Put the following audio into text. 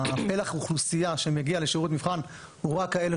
הפלח אוכלוסייה שמגיעה לשירות מבחן הוא רק כאלה